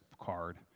card